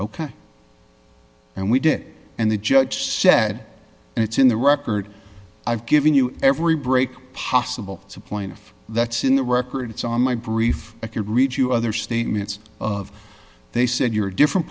ok and we did it and the judge said and it's in the record i've given you every break possible it's a point that's in the record it's on my brief i could read you other statements of they said you're a different